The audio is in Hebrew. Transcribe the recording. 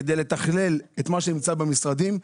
כדי לתכלל את מה שנמצא במשרדים.